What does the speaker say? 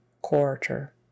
quarter